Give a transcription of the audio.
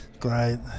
great